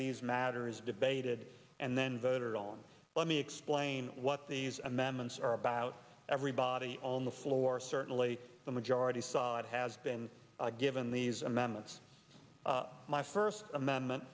these matters debated and then voted on let me explain what these amendments are about everybody on the floor certainly the majority side has i've been given these amendments my first amendment